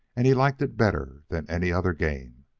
and he liked it better than any other game.